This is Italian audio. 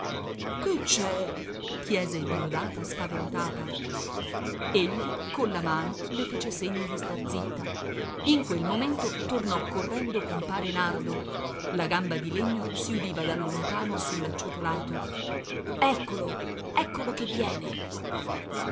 che c'è chiese diodata spaventata egli colla mano le fece segno di star zitta in quel momento tornò correndo compare nardo la gamba di legno si udiva da lontano sull'acciottolato eccolo eccolo che viene